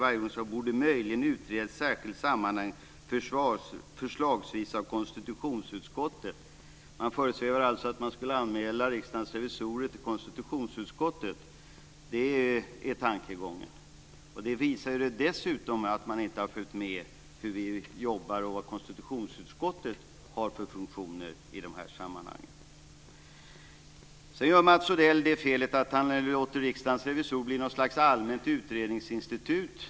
Utredning borde möjligen ske i särskilt sammanhang, förslagsvis av konstitutionsutskottet. Det föresvävar dem alltså att anmäla Riksdagens revisorer till konstitutionsutskottet. Det är tankegången. Det visar att man inte har följt med i hur vi jobbar och vad konstitutionsutskottet har för funktioner i dessa sammanhang. Sedan gör Mats Odell felet att han låter Riksdagens revisorer bli något slags allmänt utredningsinstitut.